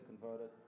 converted